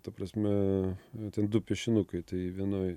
ta prasme ten du piešinukai tai vienoj